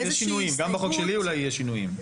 גם בחוק שלי אולי יהיה שינויים.